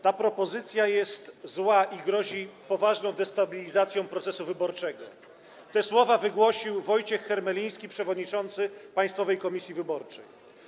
Ta propozycja jest zła i grozi poważną destabilizacją procesu wyborczego - te słowa wygłosił Wojciech Hermeliński, przewodniczący Państwowej Komisji Wyborczej.